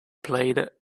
played